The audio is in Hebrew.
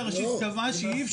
אנחנו יכולים להתחיל בבקשה, רעות.